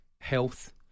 health